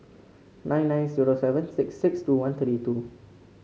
nine nine zero seven six six two one three two